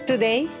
Today